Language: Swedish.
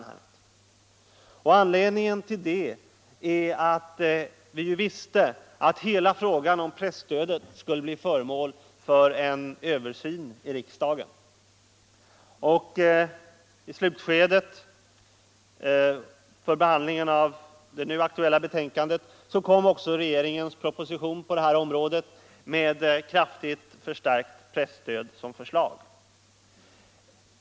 Anledningen härtill är att vi visste att hela frågan om presstödet skulle bli föremål för en översyn i riksdagen. I slutskedet av utskottets behandling av det nu aktuella ärendet kom också regeringens proposition med förslag om kraftigt förstärkt presstöd.